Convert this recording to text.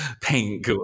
pink